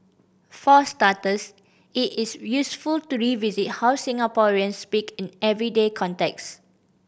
for starters it is useful to revisit how Singaporeans speak in everyday contexts